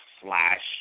slash